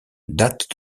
date